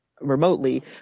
remotely